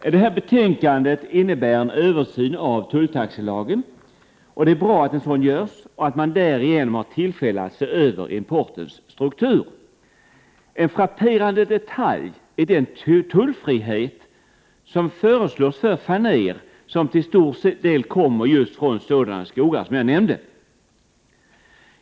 I detta betänkande sker en översyn av tulltaxelagen, och det är bra att en sådan görs. Därigenom får man tillfälle att se över importens struktur. En frapperande detalj är den tullfrihet som föreslås för fanér, som till stor del kommer just från sådana skogar som jag nämnde.